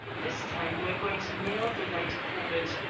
this time we are going to nail the right corbett,